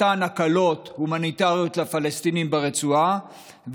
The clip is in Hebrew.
מתן הקלות הומניטריות לפלסטינים ברצועה,